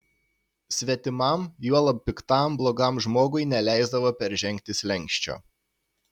svetimam juolab piktam blogam žmogui neleisdavo peržengti slenksčio